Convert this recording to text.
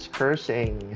cursing